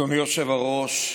אדוני היושב-ראש,